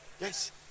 Yes